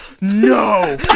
no